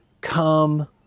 come